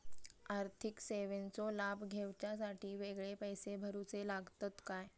आर्थिक सेवेंचो लाभ घेवच्यासाठी वेगळे पैसे भरुचे लागतत काय?